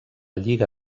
lliga